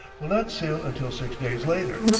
will not sail until six days later.